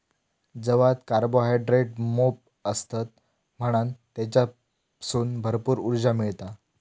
जवात कार्बोहायड्रेट मोप असतत म्हणान तेच्यासून भरपूर उर्जा मिळता